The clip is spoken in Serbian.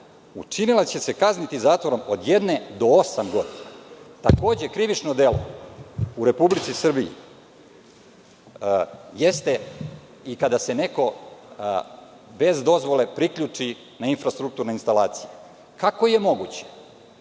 učinilac će se kazniti zatvorom od jedne do osam godina. Takođe, krivično delo u Republici Srbiji jeste i kada se neko bez dozvole priključi na infrastrukturne instalacije. Kako je moguće